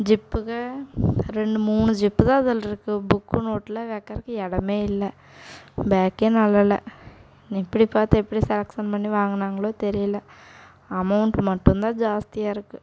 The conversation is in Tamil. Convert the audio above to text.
ஜிப்பு ரெண்டு மூணு ஜிப்பு தான் அதுலயிருக்கு புக்கு நோட்டுலாம் வெக்கறதுக்கு இடமே இல்ல பேக் நல்லாயில்ல எப்படி பார்த்து எப்படி செலக்ஷன் பண்ணி வாங்கினாங்களோ தெரியல அமவுண்ட் மட்டும்தான் ஜாஸ்தியாக இருக்கு